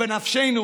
שבנפשנו?